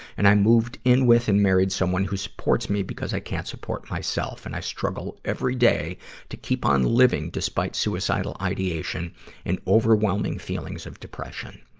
and i moved in with and married someone who supports me because i can't support myself, and i struggle every day to keep on living despite suicidal ideation and overwhelming feelings of depression.